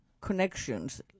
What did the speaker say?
connections